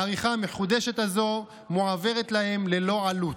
העריכה המחודשת הזו מועברת להם ללא עלות.